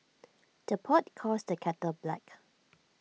the pot calls the kettle black